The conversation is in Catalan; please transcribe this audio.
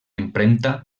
impremta